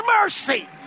mercy